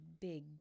big